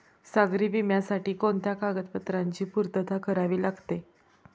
सागरी विम्यासाठी कोणत्या कागदपत्रांची पूर्तता करावी लागते?